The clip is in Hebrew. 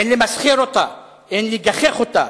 אין למסחר אותה, אין לגחך אותה.